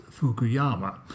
Fukuyama